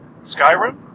Skyrim